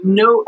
no